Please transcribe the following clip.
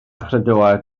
chredoau